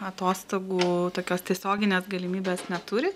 atostogų tokios tiesioginės galimybės neturi